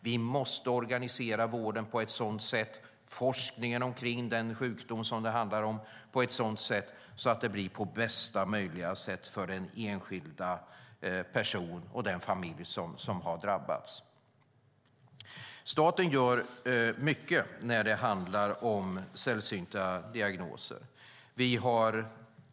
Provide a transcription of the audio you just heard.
Vi måste organisera vården och forskningen om sjukdomen på bästa möjliga sätt för den enskilda person och den familj som har drabbats. Staten gör mycket när det handlar om sällsynta diagnoser.